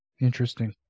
Interesting